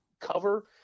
cover